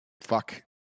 fuck